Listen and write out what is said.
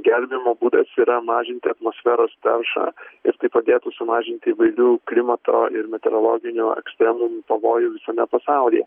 gelbėjimo būdas yra mažinti atmosferos taršą ir tai padėtų sumažinti įvairių klimato ir meteorologinių ekstremumų pavojų visame pasaulyje